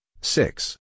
six